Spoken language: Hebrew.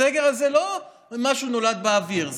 הסגר הזה הוא לא משהו שנולד באוויר,